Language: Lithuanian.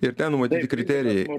ir ten numatyti kriterijai